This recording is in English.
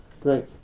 great